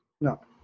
No